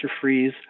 Freeze